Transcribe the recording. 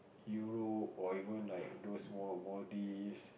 Europe or even like those more Maldives